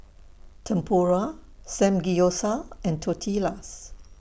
Tempura Samgeyopsal and Tortillas